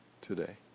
today